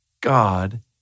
God